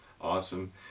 awesome